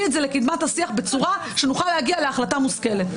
את זה לקדמת השיח בצורה שנוכל להגיע להחלטה מושכלת.